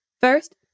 First